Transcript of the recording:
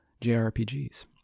JRPGs